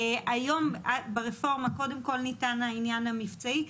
היום ברפורמה קודם כל ניתן העניין המבצעי.